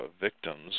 victims